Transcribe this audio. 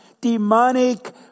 demonic